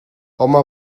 home